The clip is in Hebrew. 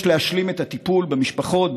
יש להשלים את הטיפול במשפחות,